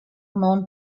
known